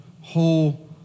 whole